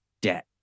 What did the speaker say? debt